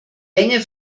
länge